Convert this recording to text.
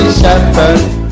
shepherd